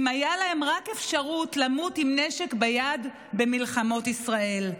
אם רק הייתה להם אפשרות למות עם נשק ביד במלחמות ישראל.